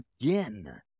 again